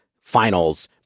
finals